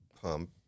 pump